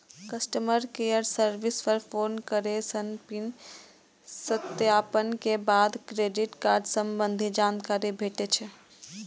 customer care service पर phone करै सं पिन सत्यापन के बाद क्रेडिट कार्ड संबंधी जानकारी भेटै छै